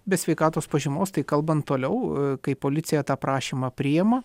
be sveikatos pažymos tai kalbant toliau kai policija tą prašymą priima